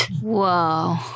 whoa